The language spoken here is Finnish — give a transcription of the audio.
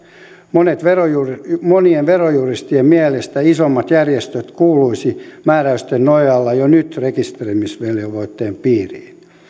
monien verojuristien monien verojuristien mielestä isommat järjestöt kuuluisivat määräysten nojalla jo nyt rekisteröimisvelvoitteen piiriin